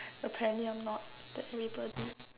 apparently I'm not that everybody